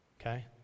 okay